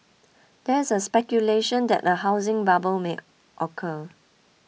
there is a speculation that a housing bubble may occur